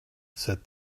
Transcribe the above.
said